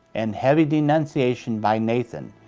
and heavy denunciation by nathan,